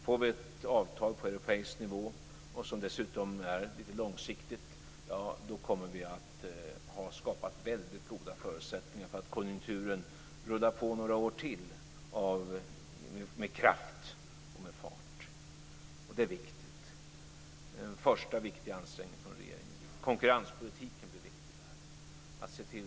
Får vi ett avtal på europeisk nivå som är långsiktigt, kommer vi att ha skapat väldigt goda förutsättningar för att konjunkturen rullar på några år till med kraft och fart. Det är viktigt. Det är den första viktiga ansträngningen från regeringens sida. Konkurrenspolitiken blir viktig.